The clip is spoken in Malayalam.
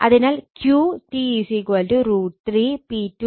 അതിനാൽ QT √ 3